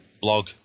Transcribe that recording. blog